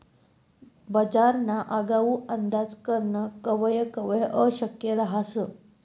बजारना आगाऊ अंदाज करनं कवय कवय अशक्य रहास